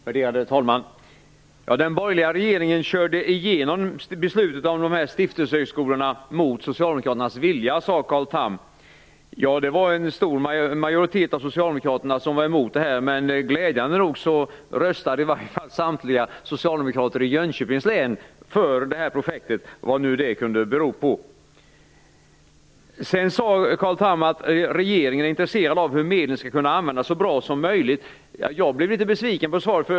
Värderade talman! Den borgerliga regeringen drev igenom beslutet om stiftelsehögskolorna mot socialdemokraternas vilja, sade Carl Tham. Det var en stor majoritet av socialdemokraterna som var emot det här, men glädjande nog röstade i varje fall samtliga socialdemokrater i Jönköpings län för det här projektet, vad nu det kunde bero på. Carl Tham sade också att regeringen är intresserad av hur medlen skall kunna användas så bra som möjligt. Jag blev litet besviken på svaret.